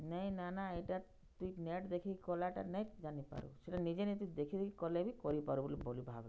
ନାଇଁ ନାନା ଇଟା ତୁଇ ନେଟ୍ ଦେଖିକି କଲାଟା ନେ ଜାନିପାରୁ ସେଟା ନିଜେ ନିଜେ ଦେଖି ଦେଖିକି କଲେ ବି କରିପାର୍ବୁ ବୋଲି ଭାବ୍ଲା